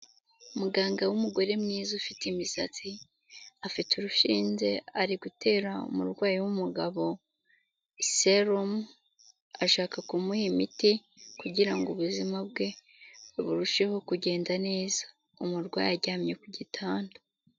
Muganga w'umugore mwiza ufite imisatsi afite urushinge ari gutera umurwayi w'umugabo, selumu bashaka kumuha imiti kugira ngo ubuzima bwe burusheho kugenda neza, umurwayi aryamye ku gitanda.